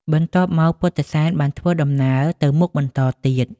បន្ទាប់មកពុទ្ធិសែនបានធ្វើដំណើរទៅមុខបន្តទៀត។